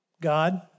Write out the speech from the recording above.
God